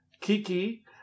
Kiki